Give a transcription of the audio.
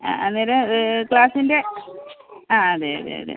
ആ അന്നേരം ക്ലാസിൻ്റെ ആ അതെ അതെ അതെ